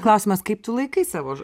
klausimas kaip tu laikai savo